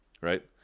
right